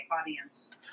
audience